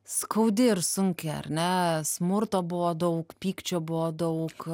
skaudi ir sunki ar ne smurto buvo daug pykčio buvo daug